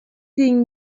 seeing